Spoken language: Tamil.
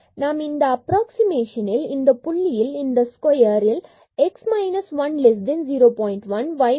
நாம் இந்த அப்ராக்ஸிமேஷன் இல் இந்த புள்ளியில் இந்த ஸ்கொயரில் x minus 1 less than 0